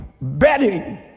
betting